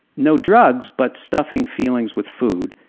no drugs, but stuffing feelings with food,